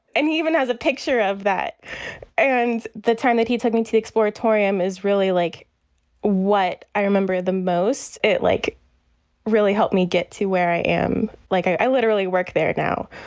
and he even has a picture of that and the time that he took me to the exploratorium is really like what i remember the most. it like really helped me get to where i am. like, i literally work there now